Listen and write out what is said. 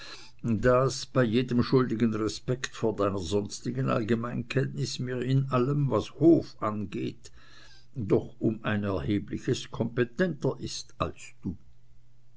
das bei jedem schuldigen respekt vor deiner sonstigen allgemeinkenntnis mir in allem was hof angeht doch um ein erhebliches kompetenter ist als du